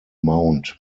mount